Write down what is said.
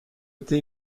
été